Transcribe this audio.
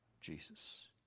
Jesus